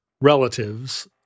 relatives